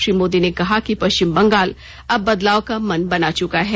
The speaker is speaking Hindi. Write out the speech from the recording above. श्री मोदी ने कहा कि पश्चिम बंगाल अब बदलाव का मन बना चुका है